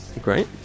Great